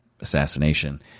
assassination